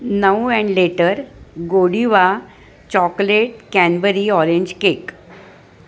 नऊ and later Godiva chocolate cranberry orange cake